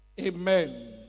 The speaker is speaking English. Amen